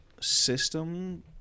system